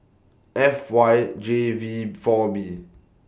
F Y J V four B